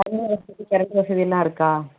தண்ணி வசதி கரண்ட் வசதி எல்லாம் இருக்கா